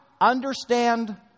understand